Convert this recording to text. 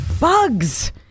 Bugs